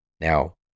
Now